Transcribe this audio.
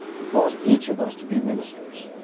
he calls each of us to be ministers,